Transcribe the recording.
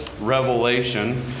Revelation